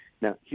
now